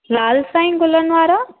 लाल सांई गुलनि वारा